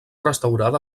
restaurada